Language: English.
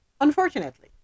unfortunately